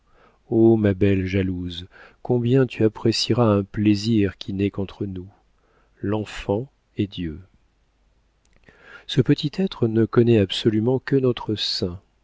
oh ma belle jalouse combien tu apprécieras un plaisir qui n'est qu'entre nous l'enfant et dieu ce petit être ne connaît absolument que notre sein